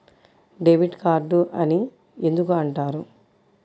Debit card అని ఎందుకు అంటారు?